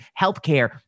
healthcare